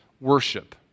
worship